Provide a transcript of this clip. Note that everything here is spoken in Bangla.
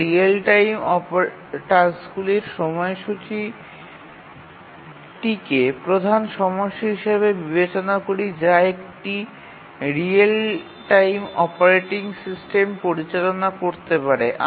আমরা রিয়েল টাইম টাস্কগুলির সময়সূচীটিকে প্রধান সমস্যা হিসাবে বিবেচনা করি যা একটি রিয়েল টাইম অপারেটিং সিস্টেম পরিচালনা করতে পারে